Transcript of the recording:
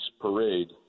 parade